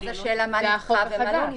לא, אבל אז השאלה מה נדחה ומה לא נדחה.